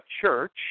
church